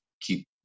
keep